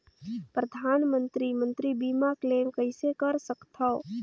परधानमंतरी मंतरी बीमा क्लेम कइसे कर सकथव?